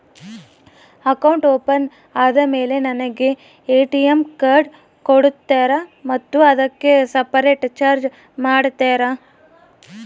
Account open ಆದಮೇಲೆ ನನಗೆ ATM card ಕೊಡ್ತೇರಾ ಮತ್ತು ಅದಕ್ಕೆ ಸಪರೇಟ್ ಚಾರ್ಜ್ ಮಾಡ್ತೇರಾ?